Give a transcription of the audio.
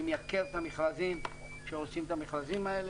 מייקר את המכרזים כשעושים את המכרזים האלה.